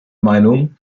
meinung